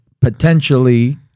potentially